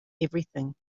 everything